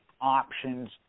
options